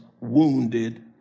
wounded